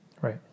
Right